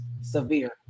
Severe